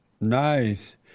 Nice